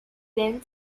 then